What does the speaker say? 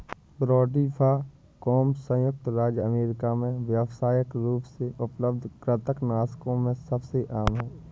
brodifacoum संयुक्त राज्य America में व्यावसायिक रूप से उपलब्ध कृंतकनाशकों में सबसे आम है